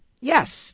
Yes